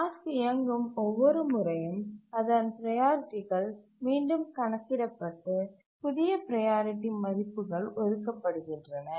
task இயங்கும் ஒவ்வொரு முறையும் அதன் ப்ரையாரிட்டிகள் மீண்டும் கணக்கிடப்பட்டு புதிய ப்ரையாரிட்டி மதிப்புகள் ஒதுக்கப்படுகின்றன